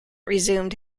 resumed